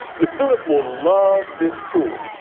the students will love this tool.